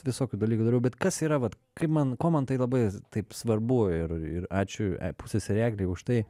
visokių dalykų dariau bet kas yra vat kaip man kuo man tai labai taip svarbu ir ir ačiū pusseserei eglei už tai